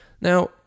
Now